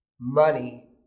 Money